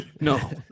No